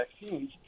vaccines